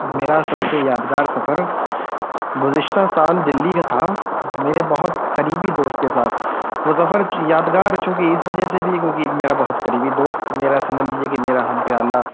میرا سب سے یادگار سفر گذشتہ سال دہلی کا تھا میرے بہت قریبی دوست کے ساتھ وہ سفر یادگار چونکہ اس وجہ سے بھی کیونکہ میرا بہت قریبی دوست میرا سمجھ لیجیے کہ میرا ہم پیالہ